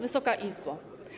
Wysoka Izbo!